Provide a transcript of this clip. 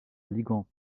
ligand